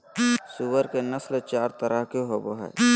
सूअर के नस्ल चार तरह के होवो हइ